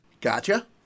Gotcha